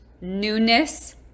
newness